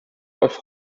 off